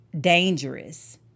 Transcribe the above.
dangerous